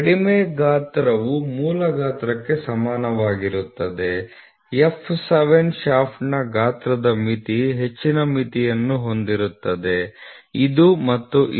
ಕಡಿಮೆ ಗಾತ್ರವು ಮೂಲ ಗಾತ್ರಕ್ಕೆ ಸಮಾನವಾಗಿರುತ್ತದೆ f 7 ಶಾಫ್ಟ್ನ ಗಾತ್ರದ ಮಿತಿ ಹೆಚ್ಚಿನ ಮಿತಿಯನ್ನು ಹೊಂದಿರುತ್ತದೆ ಇದು ಮತ್ತು ಇದು